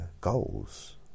goals